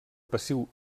passiu